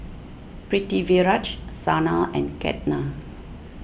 Pritiviraj Sanal and Ketna